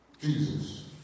Jesus